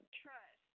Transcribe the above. trust